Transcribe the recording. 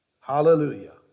Hallelujah